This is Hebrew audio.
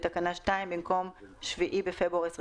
בתקנה 2, במקום "(7 בפברואר 2021)"